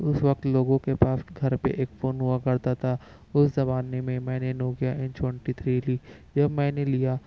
اس وقت لوگوں کے پاس گھر پہ ایک فون ہوا کرتا تھا اس زمانے میں میں نے نوکیا این سیونٹی تھری لی جب میں نے لیا